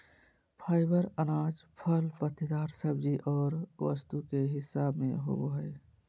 fibre अनाज, फल पत्तेदार सब्जी और वस्तु के हिस्सा में होबो हइ